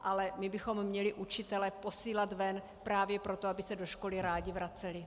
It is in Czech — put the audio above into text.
Ale my bychom měli učitele posílat ven právě proto, aby se do školy rádi vraceli.